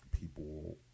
people